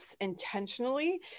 intentionally